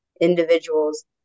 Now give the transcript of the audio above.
individuals